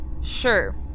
sure